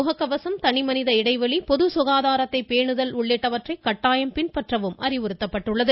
முகக்கவசம் தனிமனித இடைவெளி பொது சுகாதாரத்தை பேணுகல் உள்ளிட்டவற்றை கட்டாயம் பின்பற்றவும் அறிவுறுத்தப்பட்டுள்ளது